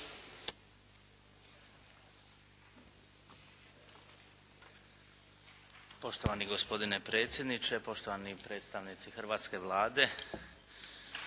Poštovani gospodine predsjedniče, poštovani predstavnici hrvatske Vlade.